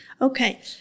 Okay